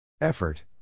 Effort